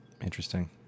Interesting